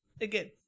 again